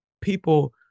people